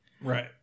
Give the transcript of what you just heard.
Right